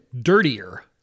dirtier